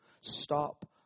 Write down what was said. Stop